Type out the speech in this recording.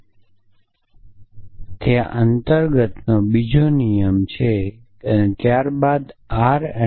ત્યાં ઇનહેરેન્સીનો બીજો નિયમ છે ત્યાં અને ત્યારબાદ R અને